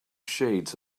shades